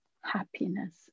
happiness